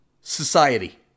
society